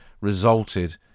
resulted